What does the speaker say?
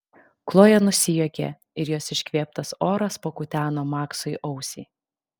kloja nusijuokė ir jos iškvėptas oras pakuteno maksui ausį